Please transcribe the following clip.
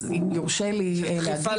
אז אם יורשה לי להגיב,